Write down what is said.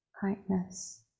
kindness